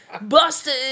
Busted